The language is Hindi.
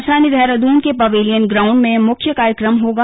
राजधानी देहरादून के पवेलियन ग्राउंड में मुख्य कार्यक्रम होगा